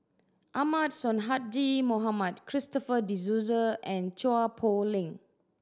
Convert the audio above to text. Ahmad Sonhadji Mohamad Christopher De Souza and Chua Poh Leng